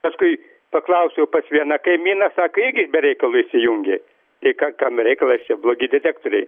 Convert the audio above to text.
paskui paklausiau pas vieną kaimyną sako irgi be reikalo įsijungė tai ką kame reikalas čia blogi detektoriai